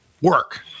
work